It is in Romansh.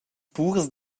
purs